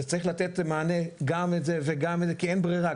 צריך לתת מענה גם בזה וגם זה, כי אין ברירה.